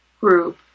group